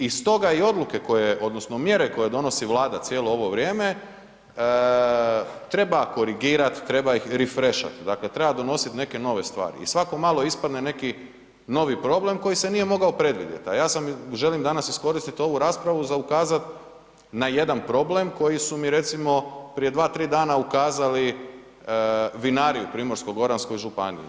I stoga i odluke koje odnosno mjere koje donosi Vlada cijelo vrijeme, treba korigirat, trefa refreshat, dakle treba donosit neke nove stvari i svako malo ispadne neki novi problem koji se nije mogao predvidjet a ja želim danas iskoristiti ovu raspravu za ukazat na jedan problem koji su mi recimo prije 2, 3 dana ukazali vinari u Primorsko-goranskoj županiji.